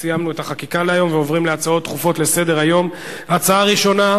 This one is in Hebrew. הצעת חוק שוויון ההזדמנויות בעבודה (תיקון מס' 17) (זכויות הורה),